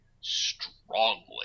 strongly